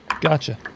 Gotcha